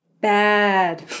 Bad